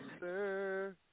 sir